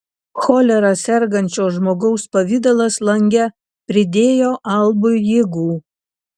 cholera sergančio žmogaus pavidalas lange pridėjo albui jėgų